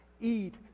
eat